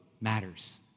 matters